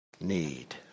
need